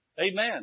Amen